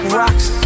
rocks